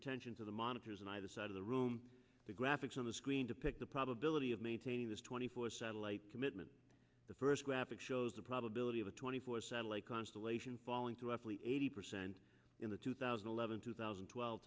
attention to the monitors and either side of the room the graphics on the screen to pick the probability of maintaining this twenty four satellite commitment the first graphic shows the probability of a twenty four satellite constellation falling to awfully eighty percent in the two thousand and eleven two thousand and twelve